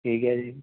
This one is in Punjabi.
ਠੀਕ ਹੈ ਜੀ